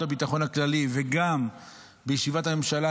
הביטחון הכללי וגם בישיבת הממשלה,